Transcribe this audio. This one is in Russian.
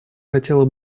хотела